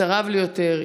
צרב לי יותר,